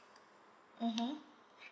mmhmm